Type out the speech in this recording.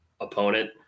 opponent